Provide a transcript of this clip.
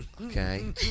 Okay